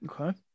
okay